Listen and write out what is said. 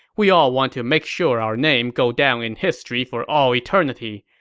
we all want to make sure our name go down in history for all eternity.